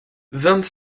vingt